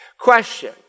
Question